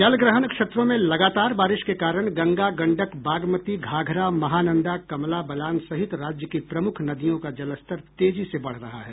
जलग्रहण क्षेत्रों में लगातार बारिश के कारण गंगा गंडक बागमती घाघरा महानंदा कमला बलान सहित राज्य की प्रमुख नदियों का जलस्तर तेजी से बढ़ रहा है